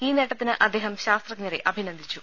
ഈ നേട്ടത്തിന് അദ്ദേഹം ശാസ്ത്രജ്ഞരെ അഭി നന്ദിച്ചു